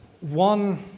one